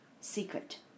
secret